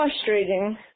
frustrating